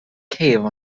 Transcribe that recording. cave